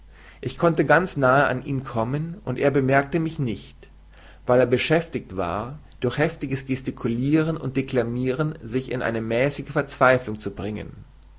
ich konnte ganz nahe an ihn kommen und er bemerkte mich nicht weil er beschäftigt war durch heftiges gestikuliren und deklamiren sich in eine mäßige verzweiflung zu bringen